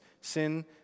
sin